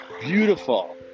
beautiful